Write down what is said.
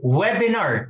webinar